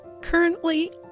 Currently